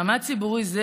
מעמד ציבורי זה,